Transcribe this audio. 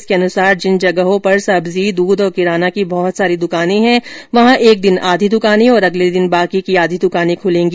इसके अनुसार जिन जगहों पर सब्जी दूध और किराना की बहुत सारी दुकानें हैं वहां एक दिन आधी दुकानें और अगले दिन बाकी की आधी द्कानें ख्लेंगी